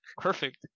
perfect